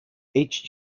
each